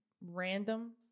random